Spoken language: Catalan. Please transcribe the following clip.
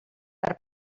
per